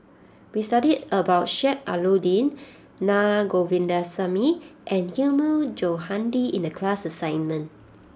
we studied about Sheik Alau'ddin Naa Govindasamy and Hilmi Johandi in the class assignment